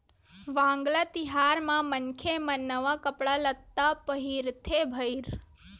वांगला तिहार म मनखे मन नवा कपड़ा लत्ता पहिरथे भईर